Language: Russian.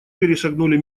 перешагнули